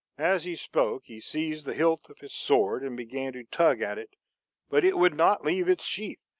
as he spoke, he seized the hilt of his sword and began to tug at it but it would not leave its sheath,